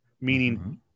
meaning